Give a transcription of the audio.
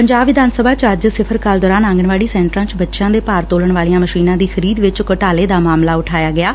ਪੰਜਾਬ ਵਿਧਾਨ ਸਭਾ ਚ ਅੱਜ ਸਿਫ਼ਰ ਕਾਲ ਦੌਰਾਨ ਆਂਗਣਵਾਤੀ ਸੈਂਟਰਾਂ ਚ ਬੱਚਿਆਂ ਦੇ ਭਾਰ ਤੋਲਣ ਵਾਲੀਆਂ ਮਸ਼ੀਨਾਂ ਦੀ ਖਰੀਦ ਵਿਚ ਘੋਟਾਲੇ ਦਾ ਮਾਮਲਾ ਉਠਿਐ